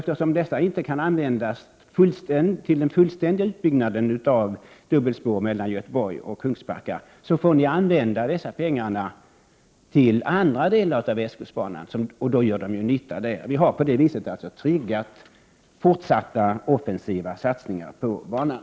Eftersom dessa inte kan användas till den fullständiga utbyggnaden av dubbelspår mellan Göteborg och Kungsbacka, får dessa pengar användas till andra delar av västkustbanan. Då gör de nytta där. Vi har på det viset alltså tryggat fortsatta offensiva satsningar på banan.